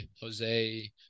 Jose